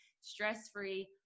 stress-free